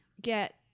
get